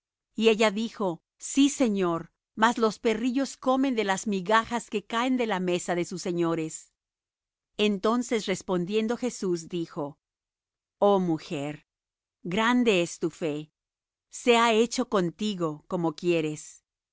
y ella dijo sí señor mas los perrillos comen de las migajas que caen de la mesa de sus señores entonces respondiendo jesús dijo oh mujer grande es tu fe sea hecho contigo como quieres